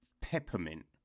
peppermint